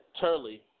Turley